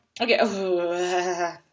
okay